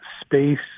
space